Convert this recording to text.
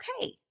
okay